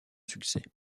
succès